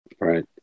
Right